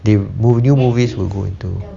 they'll mov~ new movies will go into